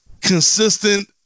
consistent